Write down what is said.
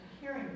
hearing